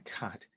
God